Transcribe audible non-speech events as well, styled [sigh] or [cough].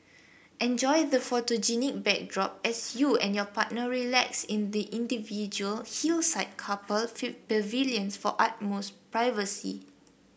enjoy the photogenic backdrop as you and your partner relax in the individual hillside couple [unintelligible] pavilions for utmost privacy